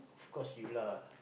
of course you lah